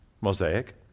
Mosaic